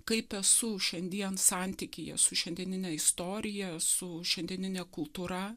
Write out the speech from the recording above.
kaip esu šiandien santykyje su šiandienine istorija su šiandienine kultūra